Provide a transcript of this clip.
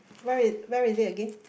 what it what it is again